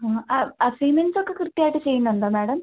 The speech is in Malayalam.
ആ അ അസൈൻമെൻസൊക്കെ കൃത്യമായിട്ട് ചെയ്യുന്നുണ്ടോ മാഡം